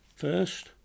First